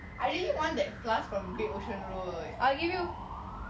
no I give you